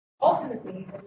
ultimately